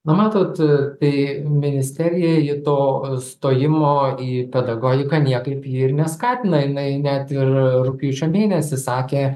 na matot tai ministeriją ji to stojimo į pedagogiką niekaip ji ir neskatina jinai net ir rugpjūčio mėnesį sakė